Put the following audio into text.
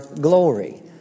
glory